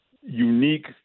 unique